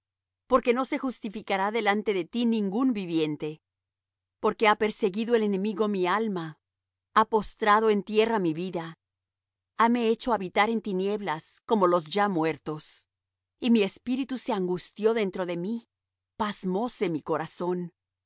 porque no se justificará delante de ti ningún viviente porque ha perseguido el enemigo mi alma ha postrado en tierra mi vida hame hecho habitar en tinieblas como los ya muertos y mi espíritu se angustió dentro de mí pasmóse mi corazón